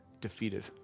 defeated